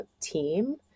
team